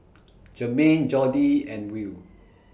Jermain Jordi and Will